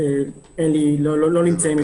הם לא נמצאים אצלי.